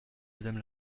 madame